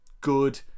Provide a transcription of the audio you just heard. good